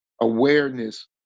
awareness